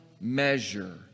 measure